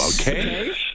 okay